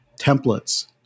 templates